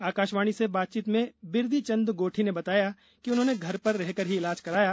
आकाशवाणी से बातचीत में बिरदीचंद गोठी ने बताया कि उन्होंने घर पर रहकर ही इलाज कराया